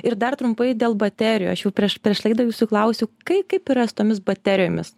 ir dar trumpai dėl baterijų aš jau prieš prieš laidą jūsų klausiau kai kaip yra su tomis baterijomis